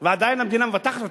ועדיין המדינה מבטחת אותם,